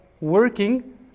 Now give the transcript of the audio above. working